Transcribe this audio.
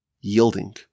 yielding